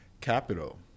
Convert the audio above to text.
capital